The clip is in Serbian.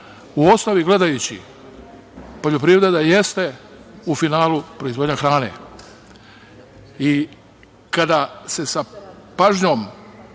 osnovi gledajući, poljoprivreda jeste u finalu proizvodnja hrane. Kada se sa pažnjom